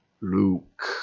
Luke